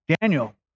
Daniel